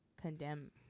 condemn